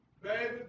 Baby